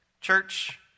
Church